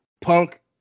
Punk